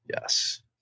yes